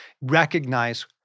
Recognize